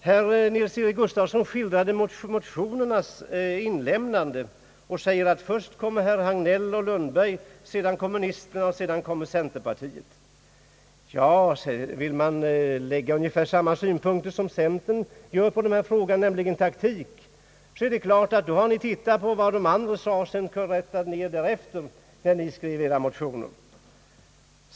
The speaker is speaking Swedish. Herr Nils-Eric Gustafsson skildrade motionernas inlämnande och sade, att först kom herrar Hagnell och Lundberg, sedan kommunisterna och därefier centerpartiet. Ja, om man vill lägga ungefär samma synpunkter som centern gör på denna fråga, nämligen taktiska, konstaterade ni självfallet vad de andra sade och rättade er därefter när ni skrev era motioner.